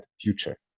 future